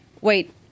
wait